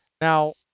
now